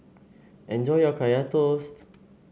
enjoy your Kaya Toast